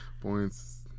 points